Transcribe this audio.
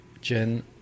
Jen